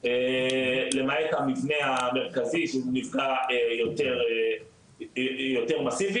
למעט המבנה המרכזי שהוא נפגע יותר מסיבי,